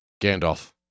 Gandalf